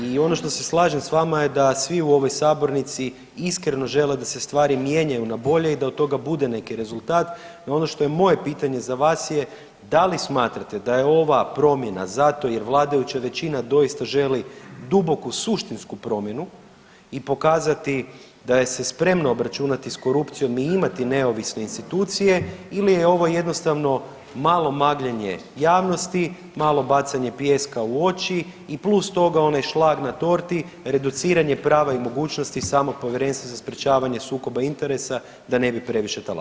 I ono što se slažem s vama je da svi u ovoj sabornici iskreno žele da se stvari mijenjaju na bolje i da od toga bude neki rezultat, no ono što je moje pitanje za vas je da li smatrate da je ova promjena zato jer vladajuća većina doista želi duboku suštinsku promjenu i pokazati da je se spremna obračunati s korupcijom i imati neovisne institucije ili je ovo jednostavno malo magljenje javnosti, malo bacanje pijeska u oči i plus toga onaj šlag na torti reduciranje prava i mogućnosti samog Povjerenstva za sprječavanje sukoba interesa da ne bi previše talasali.